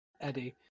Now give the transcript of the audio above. Eddie